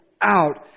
out